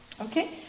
okay